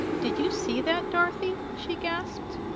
did you see that, dorothy? she gasped.